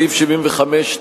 סעיף 75,